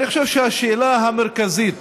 אני חושב שהשאלה המרכזית